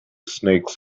snakes